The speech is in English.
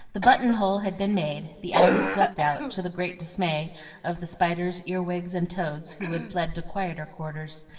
the button-hole had been made, the alley swept out, to the great dismay of the spiders, earwigs, and toads, who had fled to quieter quarters,